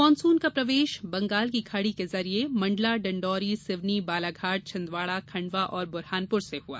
monsoon का प्रवेश बंगाल की खाड़ी के जरिए मंडला डिण्डोरी सिवनी बालाघाट छिन्दवाड़ा खंडवा और बुरहानपुर से हुआ